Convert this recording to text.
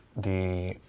the.